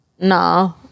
No